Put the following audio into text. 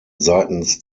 seitens